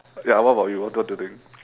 ya what about you what what do you think